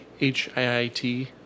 HIIT